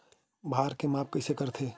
भार के माप कइसे करथे?